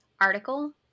article